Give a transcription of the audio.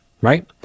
Right